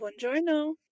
Buongiorno